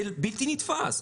זה בלתי נתפס,